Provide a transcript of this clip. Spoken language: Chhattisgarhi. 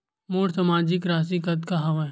मोर मासिक राशि कतका हवय?